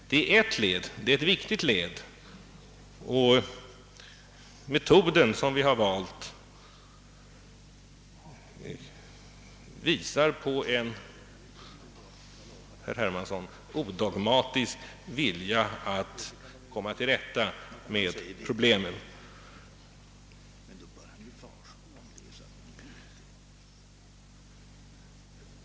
Det är ett led och ett viktigt led i dessa strävanden och den metod som vi valt visar, herr Hermansson, på en odogmatisk vilja att komma till rätta med problemen.